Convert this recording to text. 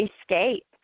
escape